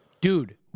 dude